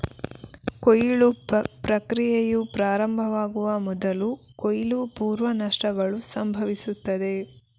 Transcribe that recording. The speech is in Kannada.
ಕೊಯ್ಲು ಪ್ರಕ್ರಿಯೆಯು ಪ್ರಾರಂಭವಾಗುವ ಮೊದಲು ಕೊಯ್ಲು ಪೂರ್ವ ನಷ್ಟಗಳು ಸಂಭವಿಸುತ್ತವೆ